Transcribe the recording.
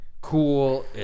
cool